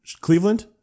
Cleveland